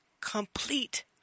complete